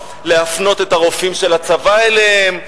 להפנות את הרופאים של הצבא אליהם.